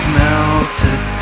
melted